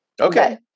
Okay